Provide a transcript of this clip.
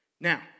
Now